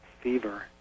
fever